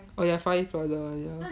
oh ya far east plaza one